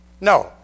No